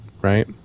Right